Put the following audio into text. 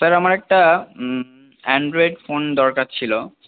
sir আমার একটা android phone দরকার ছিল